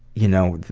you know,